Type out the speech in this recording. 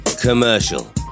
commercial